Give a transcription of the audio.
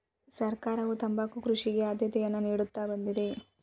ಸರ್ಕಾರವು ತಂಬಾಕು ಕೃಷಿಗೆ ಆದ್ಯತೆಯನ್ನಾ ನಿಡುತ್ತಾ ಬಂದಿದೆ